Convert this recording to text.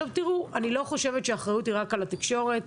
אני לא חושבת שהאחריות היא רק על התקשורת,